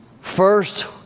first